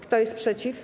Kto jest przeciw?